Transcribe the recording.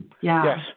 Yes